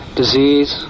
disease